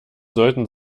sollten